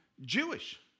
Jewish